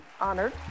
Honored